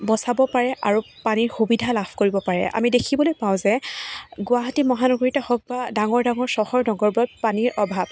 বচাব পাৰে আৰু পানীৰ সুবিধা লাভ কৰিব পাৰে আমি দেখিবলৈ পাওঁ যে গুৱাহাটী মহানগৰীতে হওক বা ডাঙৰ ডাঙৰ চহৰ নগৰবোৰত পানীৰ অভাৱ